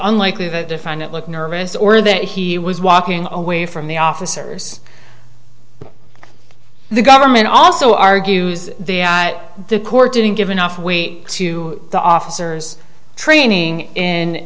unlikely the defendant looked nervous or that he was walking away from the officers the government also argues that the court didn't give enough weight to the officers training